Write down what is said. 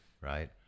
right